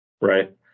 Right